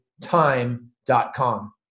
time.com